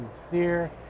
sincere